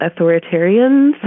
authoritarians